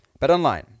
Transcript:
BetOnline